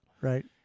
Right